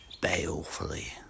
balefully